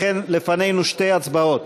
לכן, לפנינו שתי הצבעות.